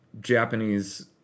Japanese